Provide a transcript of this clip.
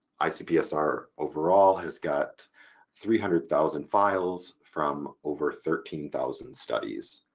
icpsr overall has got three hundred thousand files from over thirteen thousand studies.